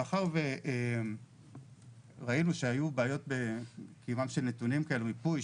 מאחר וראינו שהיו בעיות בנתונים כאלה של מיפוי,